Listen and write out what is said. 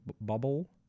bubble